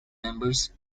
members